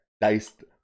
Diced